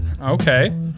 Okay